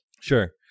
Sure